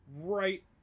right